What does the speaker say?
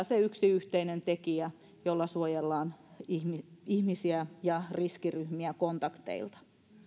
se yksi yhteinen tekijä eli suojellaan ihmisiä ihmisiä ja riskiryhmiä kontakteilta